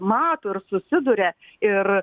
mato ir susiduria ir